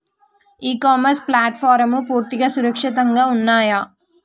ఇ commerce ప్లాట్ఫారమ్లు పూర్తిగా సురక్షితంగా ఉన్నయా?